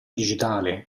digitale